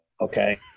Okay